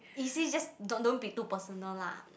is it just don't don't be too personal lah